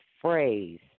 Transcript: phrase